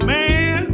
Man